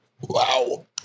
wow